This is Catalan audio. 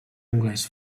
anglès